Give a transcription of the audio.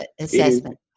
assessment